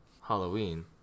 Halloween